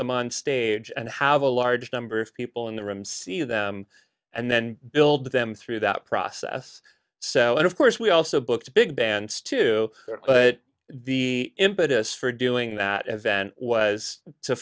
them on stage and how the large number of people in the room see them and then build them through that process so of course we also booked big bands too but the impetus for doing that advent was to